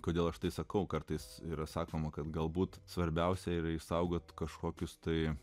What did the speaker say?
kodėl aš tai sakau kartais yra sakoma kad galbūt svarbiausia yra išsaugoti kažkokius tai